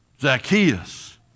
Zacchaeus